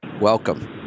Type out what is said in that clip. welcome